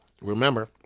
remember